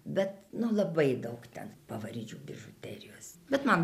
bet nu labai daug ten pavardžių bižuterijos bet man